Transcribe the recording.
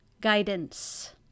guidance